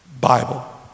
Bible